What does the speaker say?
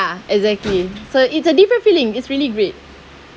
exactly so it's a different feeling it's really great